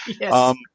Yes